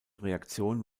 reaktion